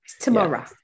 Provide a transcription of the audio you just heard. Tomorrow